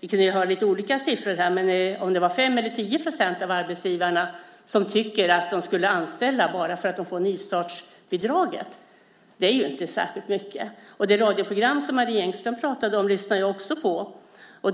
Vi kunde ha lite olika siffror här, men om det var 5 eller 10 % av arbetsgivarna som tycker att de skulle anställa bara för att de får nystartsbidraget spelar ju ingen roll - det är ju inte särskilt mycket. Det radioprogram som Marie Engström pratade om lyssnade jag också på.